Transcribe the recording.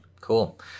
Cool